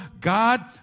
God